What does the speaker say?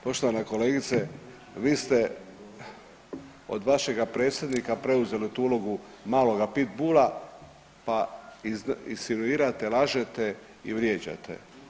Poštovana kolegice, vi ste od vašega predsjednika preuzeli tu ulogu maloga pit bula, pa insinuirate, lažete i vrijeđate.